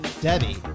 Debbie